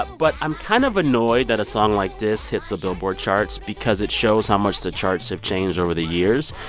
but i'm kind of annoyed that a song like this hits the billboard charts because it shows how much the charts have changed over the years.